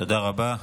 תודה רבה.